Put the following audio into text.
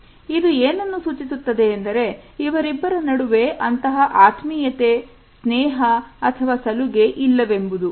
ಇದು ಏನನ್ನು ಸೂಚಿಸುತ್ತದೆ ಎಂದರೆ ಇವರಿಬ್ಬರ ನಡುವೆ ಅಂತಹ ಆತ್ಮೀಯತೆ ಸ್ನೇಹ ಅಥವಾ ಸಲುಗೆ ಇಲ್ಲವೆಂಬುದು